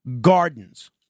gardens